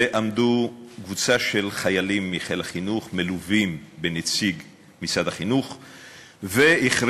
ועמדה קבוצה של חיילים מחיל חינוך מלווים בנציג משרד החינוך והכריזו,